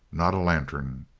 not a lantern.